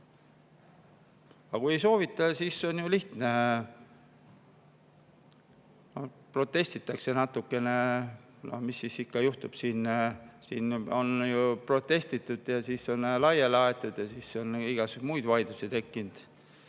Aga kui ei soovita, siis on ju lihtne: protestitakse natukene, mis siis ikka juhtub. Siin on ju protestitud ja on laiali aetud ja siis on igasuguseid muid vaidlusi tekkinud.